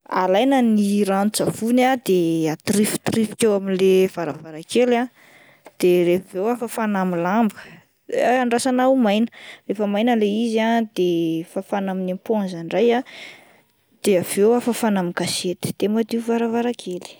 Alaina ny ranon-tsavony ah de atrif- atrifika eo amin'le varavarakely ah de rehafa avy eo ah fafana amin'ny lamba de andrasana ho maina, rehefa maina le izy ah de fafana amin'ny eponza indray ah de avy eo ah fafana amin'ny gazety de madio varavarakely.